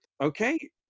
Okay